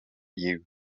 you